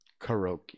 karaoke